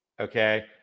Okay